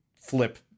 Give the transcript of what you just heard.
flip